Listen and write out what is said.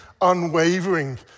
unwavering